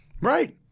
Right